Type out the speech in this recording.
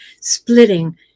splitting